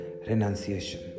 renunciation